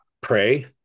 pray